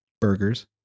Burgers